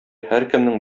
һәркемнең